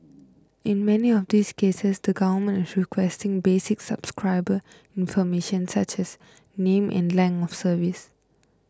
in many of these cases the government is requesting basic subscriber information such as name and length of service